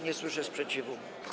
Nie słyszę sprzeciwu.